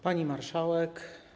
Pani Marszałek!